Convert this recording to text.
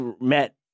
met